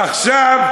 עכשיו,